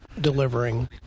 delivering